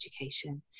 education